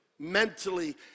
mentally